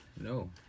No